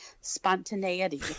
spontaneity